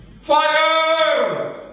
Fire